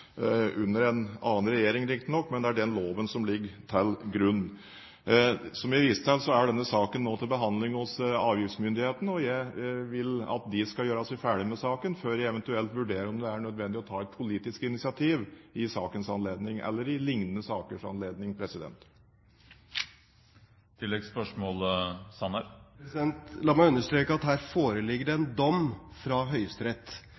under en annen regjering, riktignok, men det er den loven som ligger til grunn. Som jeg viste til, er denne saken nå til behandling hos avgiftsmyndighetene, og jeg vil at de skal gjøre seg ferdig med saken før jeg eventuelt vurderer om det er nødvendig å ta et politisk initiativ i sakens anledning, eller i lignende sakers anledning. La meg understreke at det her foreligger en dom fra Høyesterett.